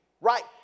right